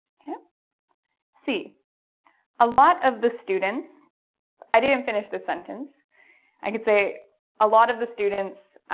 him see a lot of the students i didn't finish the sentence i could say a lot of the students